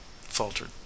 faltered